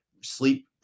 sleep